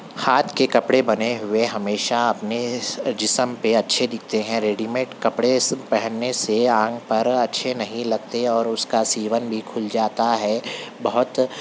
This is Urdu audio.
ہاتھ کے کپڑے بنے ہوئے ہمیشہ اپنے جسم پہ اچھے دکھتے ہیں ریڈی میڈ کپڑے پہننے سے انگ پر اچھے نہیں لگتے اور اس کا سیون بھی کھل جاتا ہے بہت